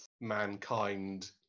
mankind